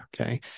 Okay